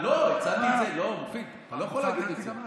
לא, מופיד, אתה לא יכול להגיד את זה.